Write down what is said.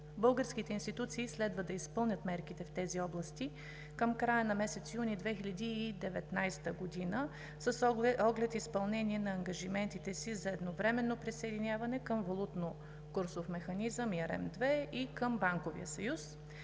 Българските институции следва да изпълнят мерките в тези области към края на месец юни 2019 г. с оглед изпълнение на ангажиментите си за едновременно присъединяване към Валутно-курсов механизъм – ERM II, и към Банковия съюз.